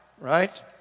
right